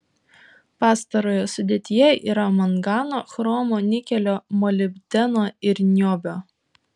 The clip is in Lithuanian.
pastarojo sudėtyje yra mangano chromo nikelio molibdeno ir niobio